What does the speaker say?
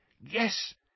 Yes